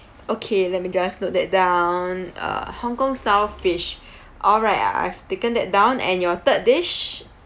okay let me just note that down uh Hong-Kong style fish alright I've taken that down and your third dish